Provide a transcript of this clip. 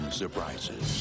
surprises